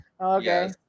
okay